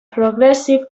progressive